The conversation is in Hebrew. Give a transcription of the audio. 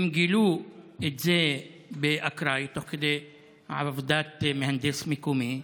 הם גילו את זה באקראי תוך כדי עבודת מהנדס מקומי.